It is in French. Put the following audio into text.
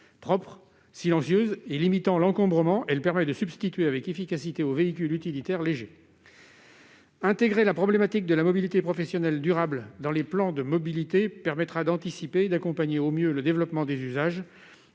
Propre, silencieuse et limitant l'encombrement, elle se substitue avec efficacité aux véhicules utilitaires légers. Intégrer la problématique de la mobilité professionnelle durable dans les plans de mobilité permettra d'anticiper et d'accompagner au mieux le développement des usages.